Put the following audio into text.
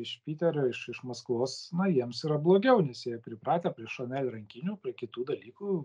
iš pyterio iš iš maskvos na jiems yra blogiau nes jie pripratę prie šanel rankinių prie kitų dalykų